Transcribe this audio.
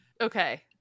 Okay